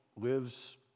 lives